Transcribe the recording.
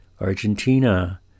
Argentina